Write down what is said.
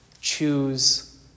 choose